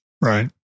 Right